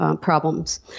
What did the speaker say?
problems